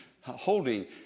holding